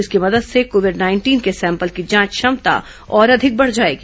इसकी मदद से कोविड नाइंटिन के सैंपल की जांच क्षमता और अधिक बढ़ जाएगी